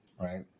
right